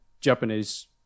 Japanese